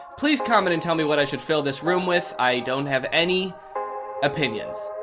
please comment and tell me what i should fill this room with i don't have any opinions,